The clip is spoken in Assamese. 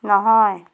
নহয়